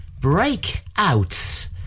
Breakout